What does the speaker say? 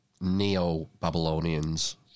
Neo-Babylonians